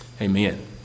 Amen